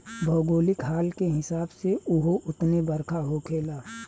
भौगोलिक हाल के हिसाब से उहो उतने बरखा होखेला